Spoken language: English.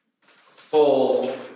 Fold